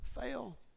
Fail